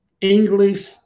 English